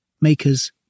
makers